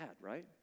right